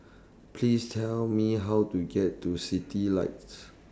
Please Tell Me How to get to Citylights